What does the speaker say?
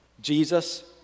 Jesus